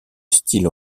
style